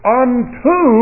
unto